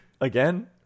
again